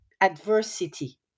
adversity